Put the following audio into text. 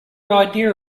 idea